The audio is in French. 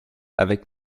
avec